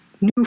new